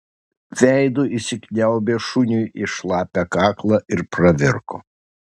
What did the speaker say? veidu įsikniaubė šuniui į šlapią kaklą ir pravirko